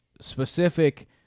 specific